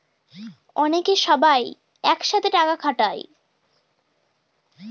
অনেকে সবাই এক সাথে টাকা খাটায়